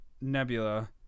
Nebula